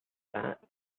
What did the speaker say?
that